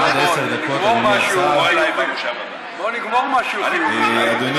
דקות, אדוני השר.